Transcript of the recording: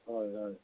হয় হয়